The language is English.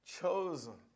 chosen